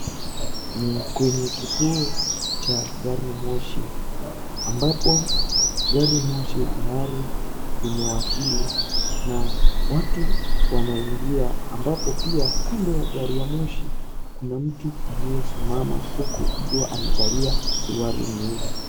NI kwenye kituo cha gari moshi ambapo garimoshi tayari imewasili na watu wanaingia ambapo pia kando ya gari ya moshi, kuna mtu aliyesimama huku akiwa amevalia suruali nyeusi.